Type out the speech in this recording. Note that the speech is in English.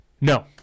No